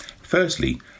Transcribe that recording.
Firstly